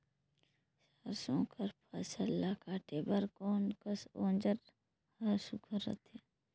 सरसो कर फसल ला काटे बर कोन कस औजार हर सुघ्घर रथे?